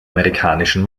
amerikanischen